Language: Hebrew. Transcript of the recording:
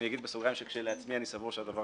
אני אגיד בסוגריים שכשלעצמי אני סבור שהדבר